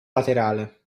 laterale